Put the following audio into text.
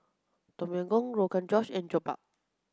Tom Yam Goong Rogan Josh and Jokbal